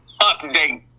update